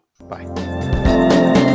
Bye